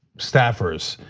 staffers,